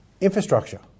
infrastructure